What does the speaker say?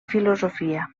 filosofia